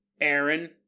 Aaron